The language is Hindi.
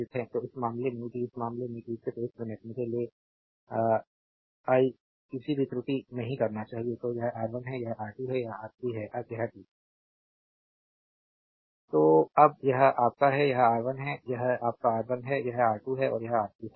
तो इस मामले में भी इस मामले में भी सिर्फ 1 मिनट मुझे ले आई किसी भी त्रुटि नहीं करना चाहिए तो यह R1 है यह R2 है यह R3 है अब यह ठीक है तो अब यह आपका है यह R1 है यह आपका R1 है यह R2 है और यह R3 सही है